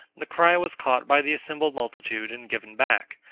the cry was caught by the assembled multitude and given back.